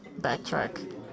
backtrack